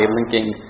linking